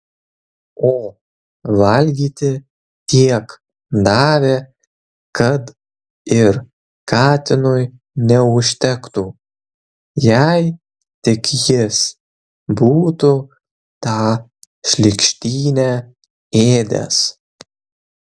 o valgyti tiek davė kad ir katinui neužtektų jei tik jis būtų tą šlykštynę ėdęs